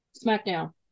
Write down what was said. SmackDown